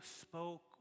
spoke